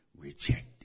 rejected